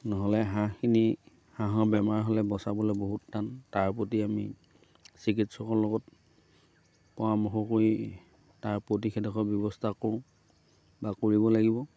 নহ'লে হাঁহখিনি হাঁহৰ বেমাৰ হ'লে বচাবলৈ বহুত টান তাৰ প্ৰতি আমি চিকিৎসকৰ লগত পৰামৰ্শ কৰি তাৰ প্ৰতিষেধকৰ ব্যৱস্থা কৰোঁ বা কৰিব লাগিব